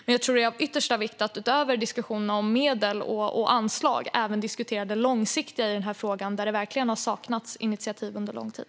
Jag tror att det är av yttersta vikt att utöver diskussionen om medel och anslag även diskutera det långsiktiga i denna fråga, där det verkligen har saknats initiativ under lång tid.